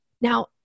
now